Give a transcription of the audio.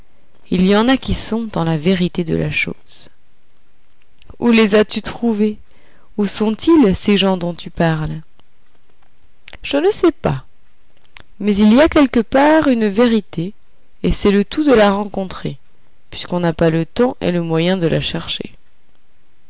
il y en a qui sont dans la vérité de la chose où les as-tu trouvés où sont-ils ces gens dont tu parles je ne sais pas mais il y a quelque part une vérité c'est le tout de la rencontrer puisqu'on n'a pas le temps et le moyen de la chercher